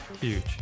Huge